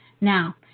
Now